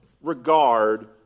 regard